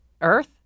Earth